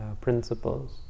principles